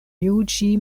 juĝi